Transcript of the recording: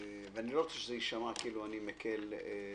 ואני לא רוצה שזה יישמע כאילו אני מקל ראש.